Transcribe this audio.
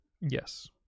Yes